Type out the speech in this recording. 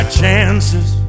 chances